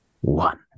One